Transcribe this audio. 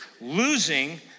losing